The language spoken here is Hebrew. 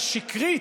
השקרית,